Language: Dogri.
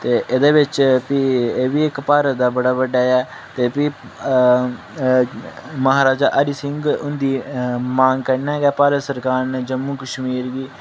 ते एह्दे बिच भी एह् बी इक भारत दा बड़ा बड्डा ऐ ते भी म्हाराजा हरि सिंह हुंदी मंग्ग कन्नै गै भारत सरकार ने जम्मू कश्मीर गी